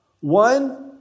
One